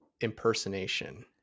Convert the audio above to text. impersonation